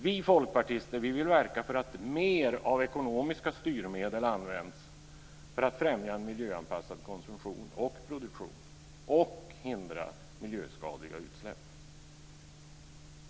Vi folkpartister vill verka för att mer av ekonomiska styrmedel används för att främja en miljöanpassad konsumtion och produktion och hindra miljöskadliga utsläpp.